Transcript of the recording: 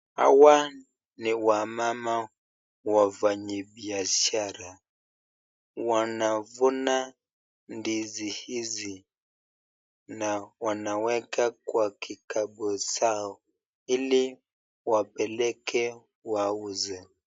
Hawa ni wamama wafanyibiashara. Wanavuna ndizi hizi na wanaweka kwa kikapu zao, ili wapeleke wauze.